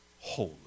holy